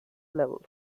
levels